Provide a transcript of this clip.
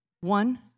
One